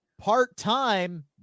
part-time